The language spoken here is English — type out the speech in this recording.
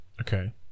Okay